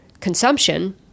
consumption